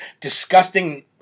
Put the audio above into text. disgusting